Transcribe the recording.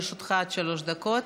לרשותך עד שלוש דקות.